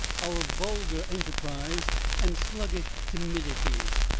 our vulgar enterprise and sluggish timidities,